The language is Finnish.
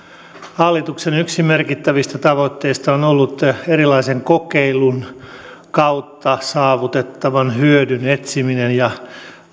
hallituksen yksi merkittävistä tavoitteista on on ollut erilaisten kokeilujen kautta saavutettavan hyödyn etsiminen ja